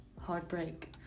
heartbreak